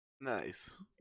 Nice